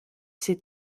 ses